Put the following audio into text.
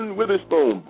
Witherspoon